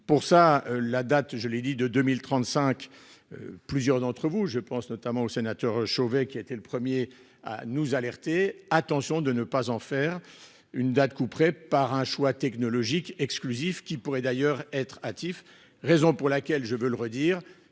pour ça la date, je l'ai dit, de 2035. Plusieurs d'entre vous, je pense notamment aux sénateurs Chauvet qui a été le 1er à nous alerter. Attention de ne pas en faire une date couperet par un choix technologique exclusif qui pourrait d'ailleurs être hâtif, raison pour laquelle je veux le redire.